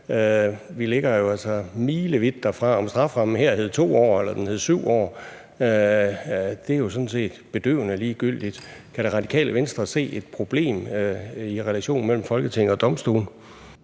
Vi ligger jo altså milevidt derfra. Om strafferammen her hed 2 år eller hed 7 år, er jo sådan set bedøvende ligegyldigt. Kan Det Radikale Venstre se et problem i relationen mellem Folketing og domstole?